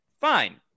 fine